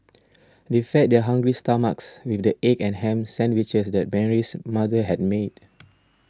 they fed their hungry stomachs with the egg and ham sandwiches that Mary's mother had made